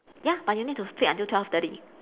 ya but you need to speak until twelve thirty